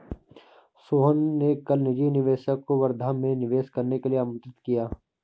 सोहन ने कल निजी निवेशक को वर्धा में निवेश करने के लिए आमंत्रित किया